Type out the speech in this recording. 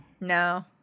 No